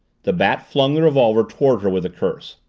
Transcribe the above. the bat flung the revolver toward her with a curse.